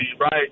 right